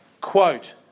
quote